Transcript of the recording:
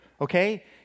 okay